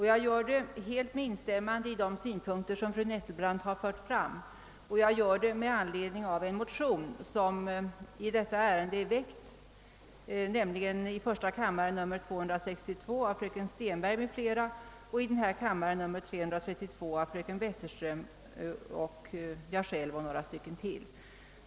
Jag gör det med helhjärtat instämmande i de synpunkter som fru Nettelbrandt anförde, och jag gör det med anledning av en motion i detta ärende, nämligen motion nr I:262 av fröken Stenberg m.fl. och II:332 av fröken Wetterström m.fl.; den senare har även jag varit med om att underteckna.